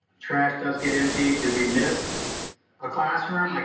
trash does get emptied. did we miss a classroom? like